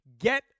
get